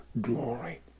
glory